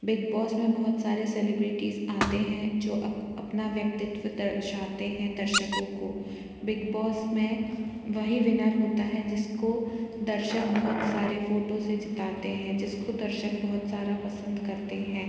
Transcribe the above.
Bigg Boss में बहुत सारे सेलेब्रिटीज़ आते हैं जो अपना व्यक्तिव दर्शाते हैं दर्शकों को बिगबॉस में वही विनर होता है जिसको दर्शक बहुत सारे फ़ोटो से जिताते हैं जिसको दर्शक बहुत सारा पसंद करते हैं